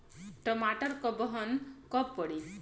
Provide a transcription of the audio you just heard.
टमाटर क बहन कब पड़ी?